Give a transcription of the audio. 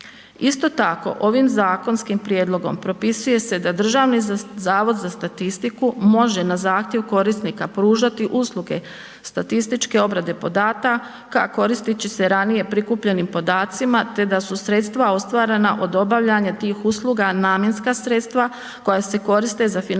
Isto tako ovim zakonskim prijedlogom propisuje se da Državni zavod za statistiku može na zahtjev korisnika pružati usluge statističke obrade podataka koristeći se ranije prikupljenim podacima te da su sredstva ostvarena od obavljanja tih usluga namjenska sredstava koja se koriste za financiranje